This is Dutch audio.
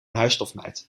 huisstofmijt